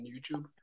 YouTube